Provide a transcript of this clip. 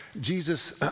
Jesus